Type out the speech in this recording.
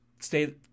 stay